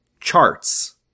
charts